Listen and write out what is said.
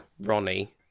Ronnie